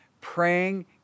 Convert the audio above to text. praying